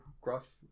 gruff